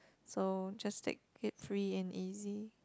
so just take it free and easy